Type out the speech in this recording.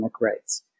rights